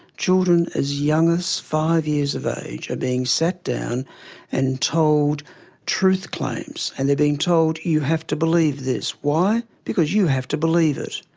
children as young as five years of age are being sat down and told truth claims, and they're being told you have to believe this. why? because you have to believe it.